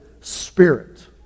Spirit